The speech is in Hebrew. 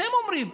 אתם אומרים.